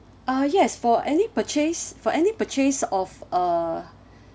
uh yes for any purchase for any purchase of uh